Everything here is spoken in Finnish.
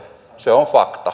se on fakta